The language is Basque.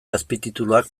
azpitituluak